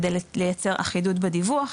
כדי לייצר אחידות בדיווח.